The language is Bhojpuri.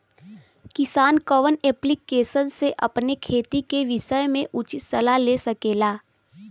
किसान कवन ऐप्लिकेशन से अपने खेती के विषय मे उचित सलाह ले सकेला?